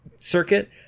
circuit